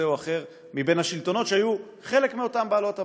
או אחר מהשלטונות שהיו חלק מאותן בעלות הברית,